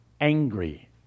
angry